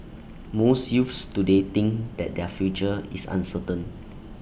most youths today think that their future is uncertain